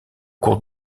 cours